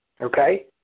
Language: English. okay